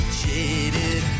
jaded